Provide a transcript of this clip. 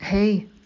Hey